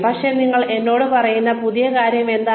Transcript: അപ്പോൾ നിങ്ങൾ എന്നോട് പറയുന്ന പുതിയ കാര്യം എന്താണ്